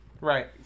Right